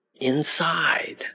inside